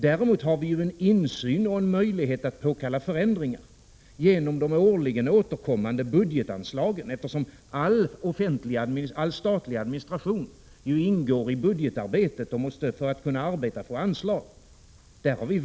Däremot har vi ju insyn och en möjlighet att påkalla förändringar genom de årligen återkommande budgetanslagen, eftersom all statlig administration ingår i budgetarbetet och måste få anslag för att kunna arbeta.